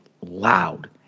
loud